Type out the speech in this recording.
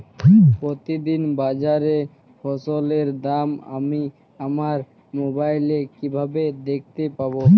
প্রতিদিন বাজারে ফসলের দাম আমি আমার মোবাইলে কিভাবে দেখতে পাব?